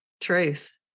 truth